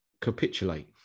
capitulate